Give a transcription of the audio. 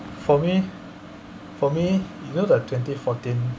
for me for me you know the twenty fourteen